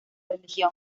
religión